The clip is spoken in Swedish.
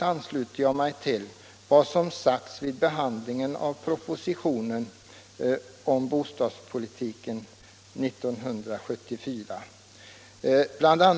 Jag ansluter mig i stället till vad som sagts i propositionen 1974:150 om bostadspolitiken.